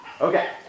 Okay